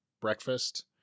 breakfast